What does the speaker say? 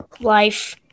life